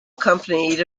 accompanied